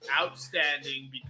outstanding